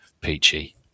peachy